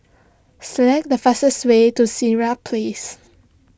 select the fastest way to Sirat Place